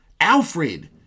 Alfred